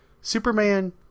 Superman